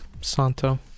Santo